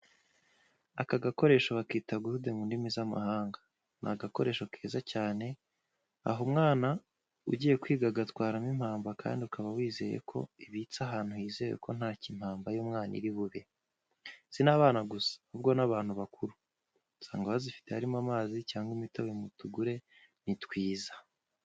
Aka gakoresho bakita gurude mu ndimi z'amahanga. Ni agakoresho keza cyane uha umwana ugiye kwiga agatwaramo impamba kandi ukaba wizeye ko ibitse ahantu hizewe ko ntacyo impamba y'umwana iri bube, si n'abana gusa ahubwo n'abantu bakuru, usanga bazifite harimo amazi cyangwa imitobe mutugure ni twiza.